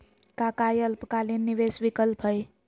का काई अल्पकालिक निवेस विकल्प हई?